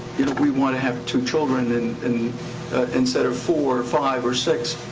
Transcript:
we wanna have two children, and and instead of four, five, or six?